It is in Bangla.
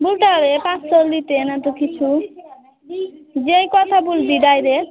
বলতে হবে পাঁচশো নিতে নয়তো কিছু যেয়ে কথা বলবি ডাইরেক্ট